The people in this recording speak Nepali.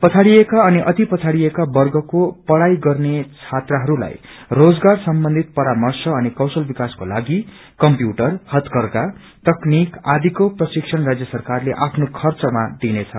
पछाइ़एका अनि अति पछाइ़एका वर्गको पढ़ाई गर्ने छात्राहस्लाई रोजगार सम्बन्धित परर्मश अनि कौशल विकासकोलागि कंप्यूटर हयकरषा तकनीक आदिको प्रशिक्षण राज्य सरकारले आफ्नो खर्चमा दिनेछ